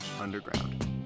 underground